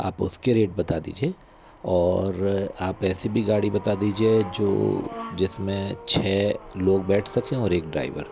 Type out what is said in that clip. आप उसके रेट बता दीजिए और आप ऐसे भी गाड़ी बता दीजिए जो जिस में छः लोग बैठ सकें और एक ड्राइवर